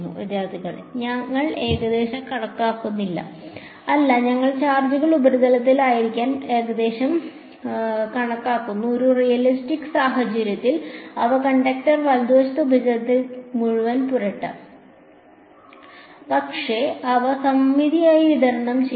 വിദ്യാർത്ഥി ഞങ്ങൾ ഏകദേശം കണക്കാക്കുന്നില്ല അല്ല ഞങ്ങൾ ചാർജുകൾ ഉപരിതലത്തിലായിരിക്കാൻ ഏകദേശം കണക്കാക്കുന്നു ഒരു റിയലിസ്റ്റിക് സാഹചര്യത്തിൽ അവ കണ്ടക്ടർ വലതുവശത്തെ ഉപരിതലത്തിൽ മുഴുവൻ പുരട്ടും പക്ഷേ അവ സമമിതിയായി വിതരണം ചെയ്യും